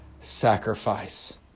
sacrifice